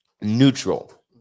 neutral